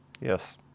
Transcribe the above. yes